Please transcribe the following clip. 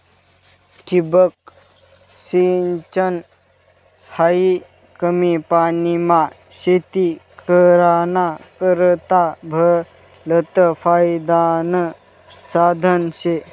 ठिबक सिंचन हायी कमी पानीमा शेती कराना करता भलतं फायदानं साधन शे